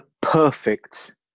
perfect